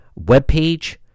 webpage